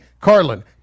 Carlin